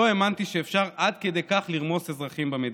לא האמנתי שאפשר עד כדי כך לרמוס אזרחים במדינה.